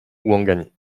ouangani